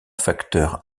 facteur